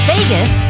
Vegas